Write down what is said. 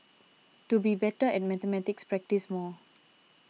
to be better at mathematics practise more